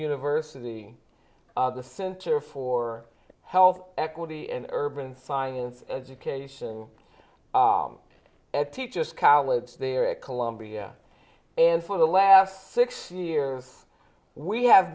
university the center for health equity and urban science education at teachers college there at columbia and for the last six years we have